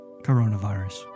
coronavirus